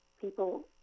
People